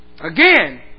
Again